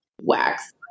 wax